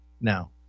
now